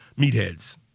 meatheads